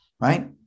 right